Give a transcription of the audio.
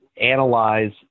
analyze